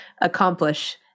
accomplish